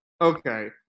Okay